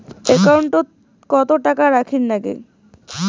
একাউন্টত কত টাকা রাখীর নাগে?